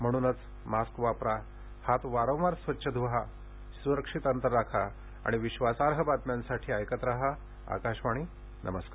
म्हणूनच मास्क वापरा हात वारंवार स्वच्छ धुवा सुरक्षित अंतर राखा आणि विश्वासार्ह बातम्यांसाठी ऐकत राहा आकाशवाणी नमस्कार